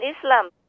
Islam